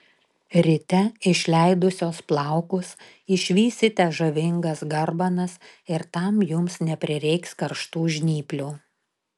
ryte išleidusios plaukus išvysite žavingas garbanas ir tam jums neprireiks karštų žnyplių